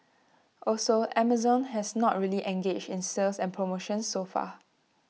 also Amazon has not really engaged in sales and promotions so far